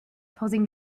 posing